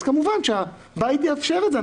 אז כמובן שהבית יאפשר את זה.